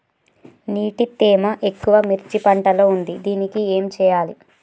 నీటి తేమ ఎక్కువ మిర్చి పంట లో ఉంది దీనికి ఏం చేయాలి?